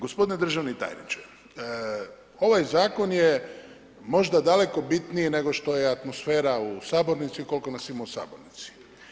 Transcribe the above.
Gospodine državni tajniče, ovaj zakon je možda daleko bitniji nego što je atmosfera u sabornici i koliko nas ima u sabornici.